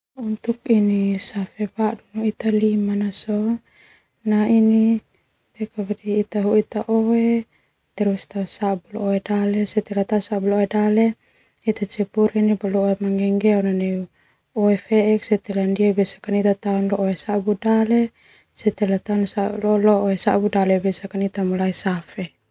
Untuk ini safe badu pake limak hoi oe tao sabu dale setelah sabu oe dale ita safe.